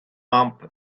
bump